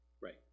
Right